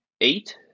eight